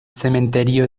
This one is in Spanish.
cementerio